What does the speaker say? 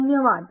धन्यवाद